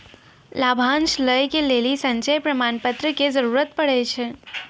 लाभांश लै के लेली संचय प्रमाण पत्र के जरूरत पड़ै छै